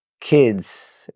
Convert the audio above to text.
kids